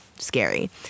scary